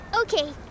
okay